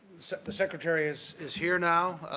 the secretary is is here now.